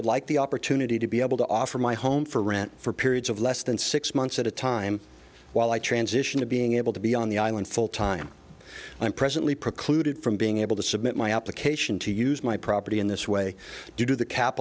would like the opportunity to be able to offer my home for rent for periods of less than six months at a time while i transition to being able to be on the island full time i'm presently precluded from being able to submit my application to use my property in this way due to the cap